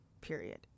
period